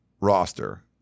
roster